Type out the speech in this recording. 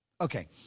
Okay